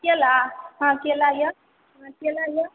केला हँ केला यऽ केला यऽ